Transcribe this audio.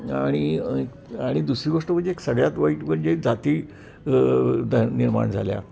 आणि आणि दुसरी गोष्ट म्हणजे एक सगळ्यात वाईट म्हणजे जाती ध निर्माण झाल्या